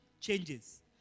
changes